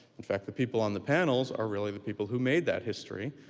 in fact, the people on the panels are really the people who made that history,